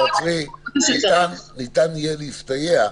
ניתן יהיה להסתייע.